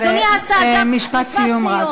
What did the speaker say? אדוני השר, משפט סיום.